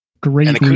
great